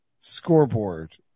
scoreboard